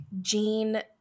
Jean